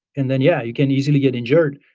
and then yeah. you can easily get injured.